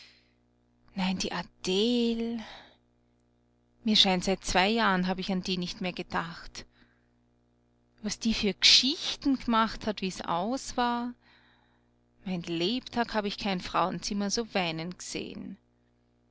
nein die adel mir scheint seit zwei jahren hab ich an die nicht mehr gedacht was die für g'schichten gemacht hat wie's aus war mein lebtag hab ich kein frauenzimmer so weinen geseh'n